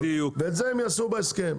ואת זה הם יעשו בהסכם.